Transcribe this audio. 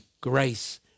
grace